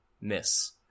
miss